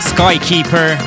Skykeeper